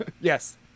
yes